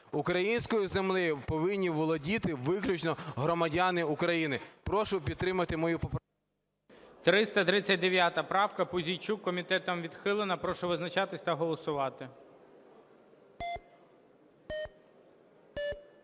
Українською землею повинні володіти виключно громадяни України. Прошу підтримати мою поправку. ГОЛОВУЮЧИЙ. 339 правка Пузійчук комітетом відхилена. Прошу визначатись та голосувати.